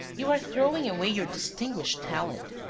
you are throwing away your distinguished talent.